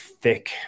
thick